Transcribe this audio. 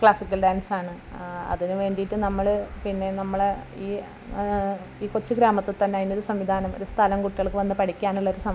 classical ഡാൻസാണ് അതിന് വേണ്ടിയിട്ട് നമ്മൾ പിന്നെ നമ്മളെ ഈ ഈ കൊച്ചു ഗ്രാമത്തിൽ തന്നെ അതിനൊരു സംവിധാനം ഒരു സ്ഥലം കുട്ടികൾക്ക് വന്നു പഠിക്കാനുള്ളൊരു